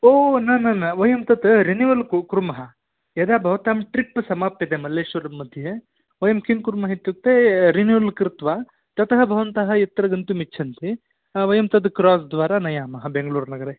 ओ न न न वयं तत् रिनिवल् कु कुर्मः यदा भवतां ट्रिप् समाप्यते मल्लेश्वरं मध्ये वयं किं कुर्मः इत्युक्ते रिनिवल् कृत्वा ततः भवन्तः यत्र गन्तुमिच्छन्ति वयं तत् क्रास् द्वारा नयामः बेङ्गळूर् नगरे